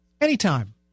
Anytime